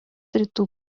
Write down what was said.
rytų